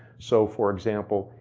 so for example,